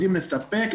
יודעים לספק,